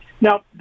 Now